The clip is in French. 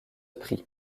prix